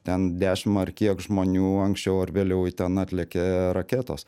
ten dešim ar kiek žmonių anksčiau ar vėliau į ten atlekia raketos